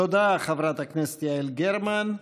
תודה, חברת הכנסת יעל גרמן.